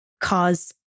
cause